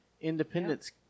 independence